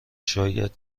شاید